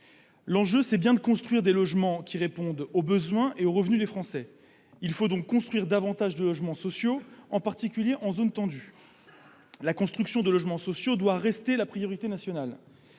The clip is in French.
L'enjeu est bien de construire des logements qui répondent aux besoins et aux revenus des Français. Il faut donc construire davantage de logements sociaux, en particulier dans les zones tendues. La construction de logements sociaux doit rester une priorité nationale.